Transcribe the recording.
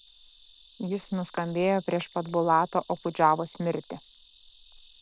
jis nuskambėjo prieš pat bulato okudžavos mirtį